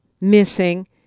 missing